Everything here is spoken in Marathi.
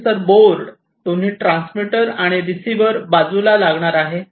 प्रोसेसर बोर्ड दोन्ही ट्रान्समीटर आणि रिसिवर बाजूला लागणार आहे